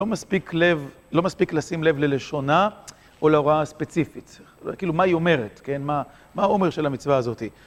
לא מספיק לשים לב ללשונה או להוראה ספציפית. כאילו, מה היא אומרת, כן? מה, מה האומר של המצווה הזאת?